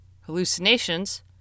hallucinations